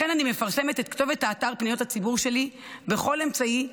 לכן אני מפרסמת את כתובת אתר פניות הציבור שלי בכל אמצעי,